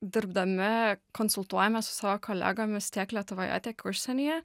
dirbdami konsultuojamės su savo kolegomis tiek lietuvoje tiek užsienyje